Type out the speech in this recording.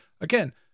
again